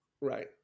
Right